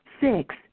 six